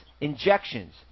injections